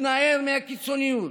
התנער מהקיצוניות.